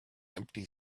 empty